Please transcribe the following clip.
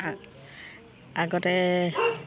আ আগতে